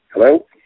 hello